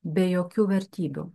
be jokių vertybių